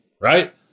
Right